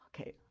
Okay